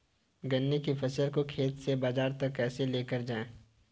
गन्ने की फसल को खेत से बाजार तक कैसे लेकर जाएँ?